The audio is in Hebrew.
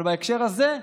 אבל בהקשר הזה,